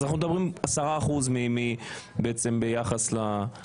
אז אנחנו מדברים על 10% ביחס ליועצים.